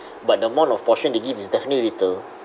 but the amount of portion they give is definitely little